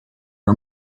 are